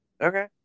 Okay